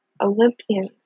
Olympians